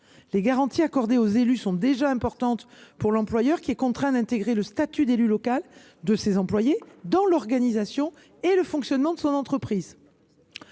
Les garanties accordées aux élus sont déjà considérables pour l’employeur, qui est contraint de prendre en compte le statut d’élu local de ses employés dans l’organisation et le fonctionnement de son entreprise.